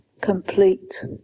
complete